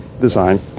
design